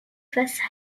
façades